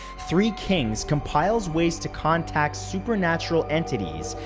three kings compiles ways to contact supernatural entities,